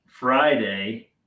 Friday